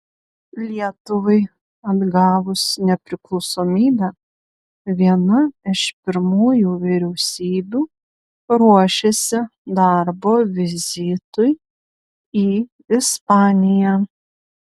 lietuvai atgavus nepriklausomybę viena iš pirmųjų vyriausybių ruošėsi darbo vizitui į ispaniją